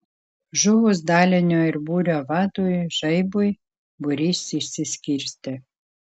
žuvus dalinio ir būrio vadui žaibui būrys išsiskirstė